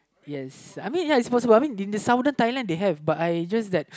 yes I mean it's possible in Southern Thailand they have but I just that